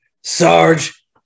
Sarge